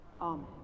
Amen